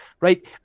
right